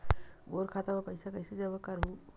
मोर खाता म पईसा कइसे जमा करहु?